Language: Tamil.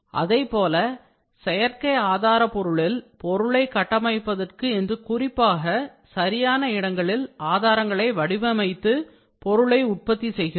அதைப்போல செயற்கை ஆதாரபொருளில் பொருளை கட்டமைப்பதற்கு என்று குறிப்பாக சரியான இடங்களில் ஆதாரங்களை வடிவமைத்து பொருளை உற்பத்தி செய்கிறோம்